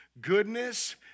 goodness